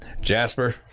Jasper